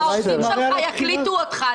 נראה שהעוזרים שלך יקליטו אותך.